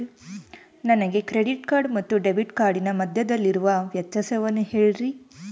ನನಗೆ credit card ಮತ್ತು debit ಕಾರ್ಡಿನ ಮಧ್ಯದಲ್ಲಿರುವ ವ್ಯತ್ಯಾಸವನ್ನು ಹೇಳ್ರಿ?